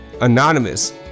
anonymous